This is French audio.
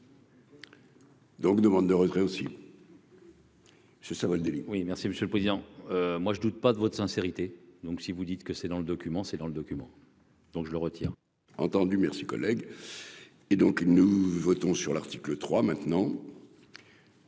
Donc : demande de retrait ainsi. Ce Savoldelli oui merci Monsieur le Président, moi je doute pas de votre sincérité, donc si vous dites que c'est dans le document, c'est dans le document. Donc je le retiens entendu merci collègue et donc ils nous votons sur l'article 3 maintenant.